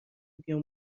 بیام